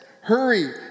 hurry